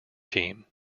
team